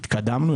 התקדמנו,